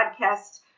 podcast